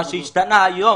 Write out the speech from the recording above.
מה שהשתנה היום,